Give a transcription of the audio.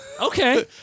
Okay